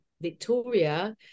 Victoria